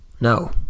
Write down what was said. No